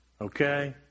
Okay